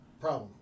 problem